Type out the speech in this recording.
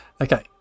Okay